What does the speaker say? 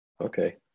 Okay